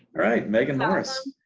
right, meaghan morris.